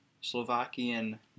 Slovakian